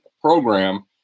program